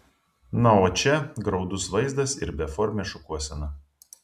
na o čia graudus vaizdas ir beformė šukuosena